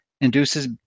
induces